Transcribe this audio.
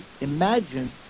imagine